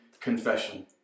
confession